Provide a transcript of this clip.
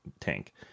tank